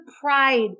pride